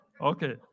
Okay